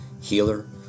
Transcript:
healer